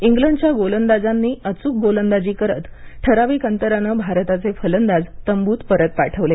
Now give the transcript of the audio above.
इंग्लंडच्या गोलंदाजांनी अचूक गोलंदाजी करत ठराविक अंतराने भारताचे फलंदाज तंबूत परत पाठवले